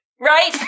Right